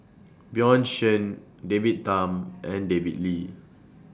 Bjorn Shen David Tham and David Lee